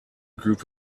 group